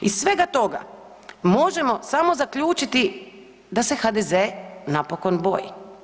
Iz svega toga možemo samo zaključiti da se HDZ napokon boji.